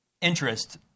interest